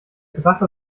drache